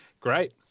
great